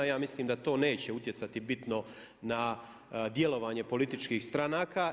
Ja mislim da to neće utjecati bitno na djelovanje političkih stranaka.